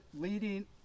leading